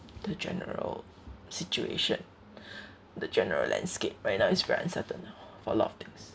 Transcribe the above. the general situation the general landscape right now is very uncertain lor for a lot of things